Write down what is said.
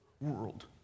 world